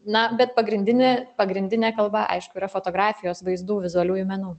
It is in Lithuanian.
na bet pagrindinė pagrindinė kalba aišku yra fotografijos vaizdų vizualiųjų menų